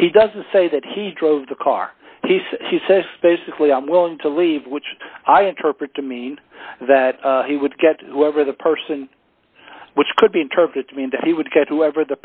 he doesn't say that he drove the car he said he said basically i'm willing to leave which i interpret to mean that he would get whatever the person which could be interpreted to mean that he would catch whoever